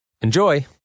Enjoy